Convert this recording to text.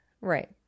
right